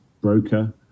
broker